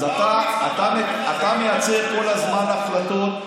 אז אתה מייצר כל הזמן החלטות,